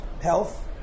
health